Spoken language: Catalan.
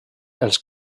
els